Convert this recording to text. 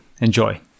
Enjoy